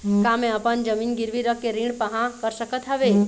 का मैं अपन जमीन गिरवी रख के ऋण पाहां कर सकत हावे?